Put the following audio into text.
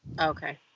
Okay